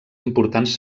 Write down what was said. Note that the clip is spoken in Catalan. importants